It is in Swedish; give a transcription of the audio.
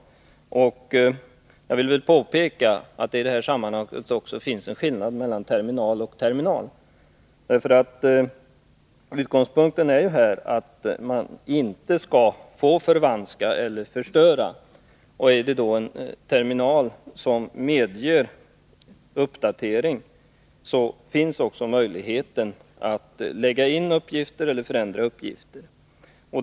Jag vill då påpeka att det i detta sammanhang också finns en skillnad mellan terminal och terminal. Utgångspunkten är ju att man inte skall få förvanska eller förstöra. Är det då en terminal som medger uppdatering, finns det också möjlighet att lägga in uppgifter eller förändra uppgifter.